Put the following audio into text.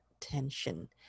tension